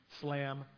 Slam